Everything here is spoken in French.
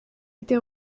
été